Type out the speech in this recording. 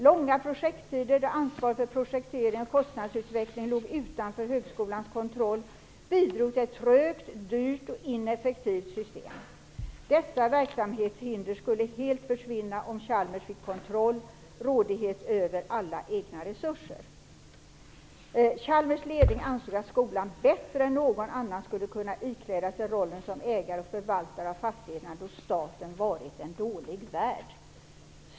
Långa projekttider där ansvaret för projektering och kostnadsutveckling låg utanför högskolans kontroll bidrog till ett trögt, dyrt och ineffektivt system. Dessa verksamhetshinder skulle helt försvinna om Chalmers fick kontroll och rådighet över alla egna resurser. Chalmers ledning ansåg att skolan bättre än någon annan skulle kunna ikläda sig rollen som ägare och förvaltare av fastigheterna då staten varit en dålig värd.